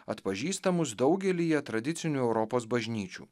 atpažįstamus daugelyje tradicinių europos bažnyčių